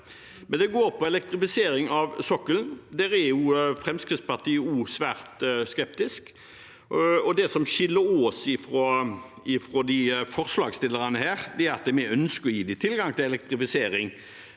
det. Det går på elektrifisering av sokkelen. Der er jo Fremskrittspartiet også svært skeptisk. Det som skiller oss fra forslagsstillerne, er at vi ønsker å gi tilgang til elektrifisering